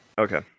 Okay